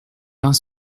vingt